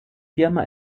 firma